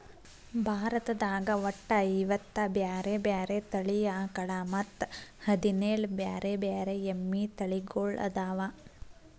ಭಾರತದಾಗ ಒಟ್ಟ ಐವತ್ತ ಬ್ಯಾರೆ ಬ್ಯಾರೆ ತಳಿ ಆಕಳ ಮತ್ತ್ ಹದಿನೇಳ್ ಬ್ಯಾರೆ ಬ್ಯಾರೆ ಎಮ್ಮಿ ತಳಿಗೊಳ್ಅದಾವ